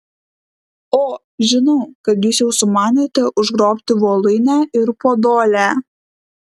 o žinau kad jūs jau sumanėte užgrobti voluinę ir podolę